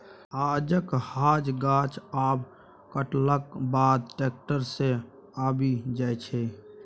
हांजक हांज गाछ आब कटलाक बाद टैक्टर सँ आबि जाइ छै